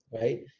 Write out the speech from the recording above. right